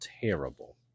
terrible